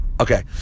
okay